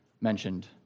mentioned